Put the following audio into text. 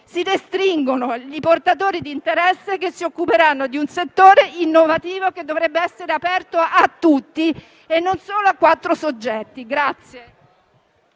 si restringono i portatori di interesse che si occuperanno di un settore innovativo che dovrebbe essere aperto a tutti e non solo a quattro soggetti.